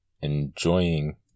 enjoying